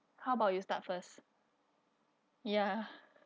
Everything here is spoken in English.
how about you start first ya